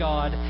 God